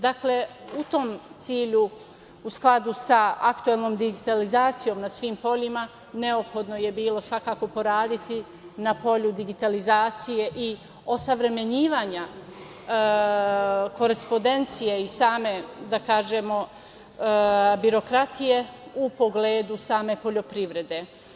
Dakle, u tom cilju, u skladu sa aktuelnom digitalizacijom na svim poljima, neophodno je bilo svakako poraditi na polju digitalizacije i osavremenjivanja korespondencije i same birokratije u pogledu same poljoprivrede.